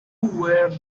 were